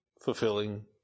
Fulfilling